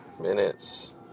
minutes